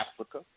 Africa